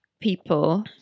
people